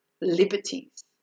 liberties